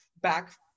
back